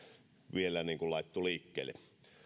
vielä laitettu liikkeelle